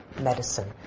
medicine